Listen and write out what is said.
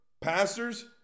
pastors